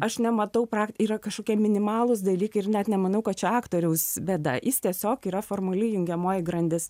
aš nematau prakt yra kašokie minimalūs dalykai ir net nemanau kad aktoriaus bėda jis tiesiog yra formali jungiamoji grandis